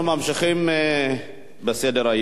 אנחנו ממשיכים בסדר-היום.